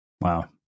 Wow